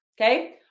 okay